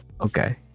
okay